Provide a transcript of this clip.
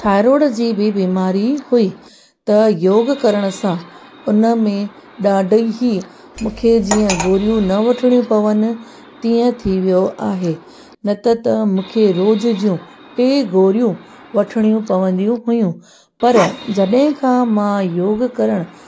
thyroid जी बि बीमारी हुई त योग करण सां उन में ॾाढी ई मूंखे जीअं गोरियूं न वठणियूं पवनि तीअं थी वियो आहे न त त मूंखे रोज ज्यूं टे गोरियूं वठणियूं पवंदियूं हुयूं पर जॾहिं खां मां योग करणु